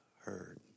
heard